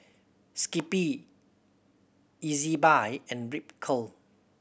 Skippy Ezbuy and Ripcurl